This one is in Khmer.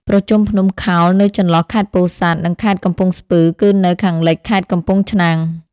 ប្រជុំភ្នំខោលនៅចន្លោះខេត្តពោធិសាត់ និងខេត្តកំពង់ស្ពឺ គឺនៅ ខាងលិចខេត្តកំពង់ឆ្នាំង ។